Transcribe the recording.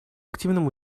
активном